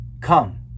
Come